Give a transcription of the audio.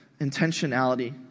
intentionality